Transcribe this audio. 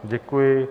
Děkuji.